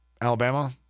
Alabama